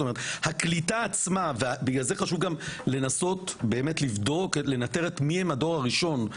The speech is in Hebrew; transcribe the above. הקליטה עצמה ובגלל זה חשוב גם לנסות לבדוק ולנטר מי הם הדור הראשון,